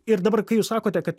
ir dabar kai jūs sakote kad